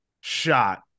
shot